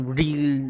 real